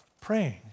praying